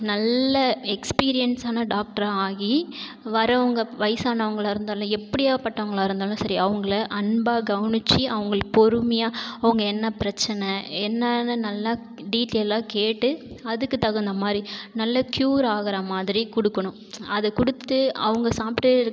நல்ல எக்ஸ்பீரியன்ஸான டாக்டராக ஆகி வரவங்க வயசானவங்களாக இருந்தாலும் எப்படியா பட்டவங்களாக இருந்தாலும் சரி அவங்கள அன்பாக கவனுச்சி அவங்களுக்கு பொறுமையாக அவங்க என்ன பிரச்சனை என்னான்னு நல்லா டீட்டெய்லா கேட்டு அதுக்கு தகுந்த மாதிரி நல்ல க்யூர் ஆகிற மாதிரி கொடுக்குணும் அது கொடுத்து அவங்க சாப்பிட்டு